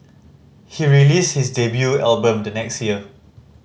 he released his debut album the next year